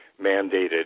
mandated